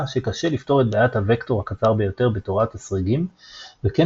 שקשה לפתור את בעיית הווקטור הקצר ביותר בתורת הסריגים וכן